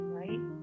right